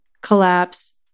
collapse